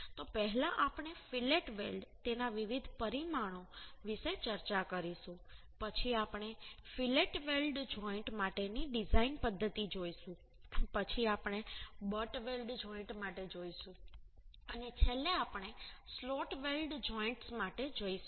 તો પહેલા આપણે ફિલેટ વેલ્ડ તેના વિવિધ પરિમાણો વિશે ચર્ચા કરીશું પછી આપણે ફિલેટ વેલ્ડ જોઈન્ટ માટેની ડિઝાઇન પદ્ધતિ જોઈશું પછી આપણે બટ વેલ્ડ જોઈન્ટ માટે જઈશું અને છેલ્લે આપણે સ્લોટ વેલ્ડ જોઈન્ટ્સ માટે જઈશું